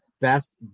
best